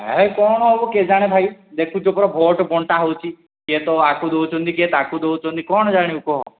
ହାଏ କ'ଣ ହେବ କେଜାଣି ଭାଇ ଦେଖୁଛ ଚ ଭୋଟ୍ ବଣ୍ଟା ହେଉଛି କିଏ ତ ଆକୁ ଦେଉଛନ୍ତି କିଏ ତାକୁ ଦେଉଛନ୍ତି କ'ଣ ଜାଣିବୁ କୁହ